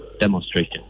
demonstration